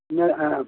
நீங்கள் ஆ